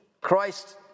Christ